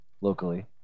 locally